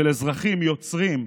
של אזרחים יוצרים,